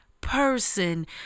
person